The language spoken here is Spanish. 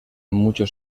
muchos